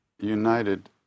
united